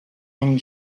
and